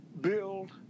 build